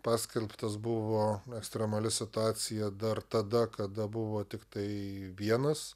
paskelbtas buvo ekstremali situacija dar tada kada buvo tiktai vienas